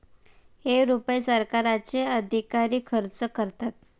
हे रुपये सरकारचे अधिकारी खर्च करतात